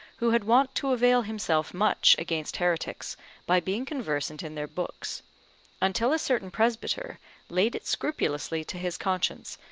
who had wont to avail himself much against heretics by being conversant in their books until a certain presbyter laid it scrupulously to his conscience,